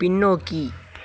பின்னோக்கி